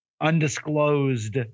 undisclosed